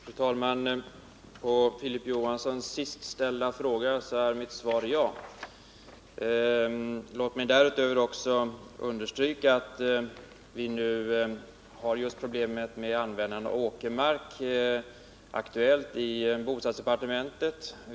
Fru talman! På Filip Johanssons sist ställda fråga är mitt svar ja. Låt mig därutöver också understryka att vi nu har just problemet med användande av åkermark aktuellt i bostadsdepartementet.